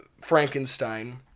Frankenstein